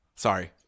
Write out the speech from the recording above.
Sorry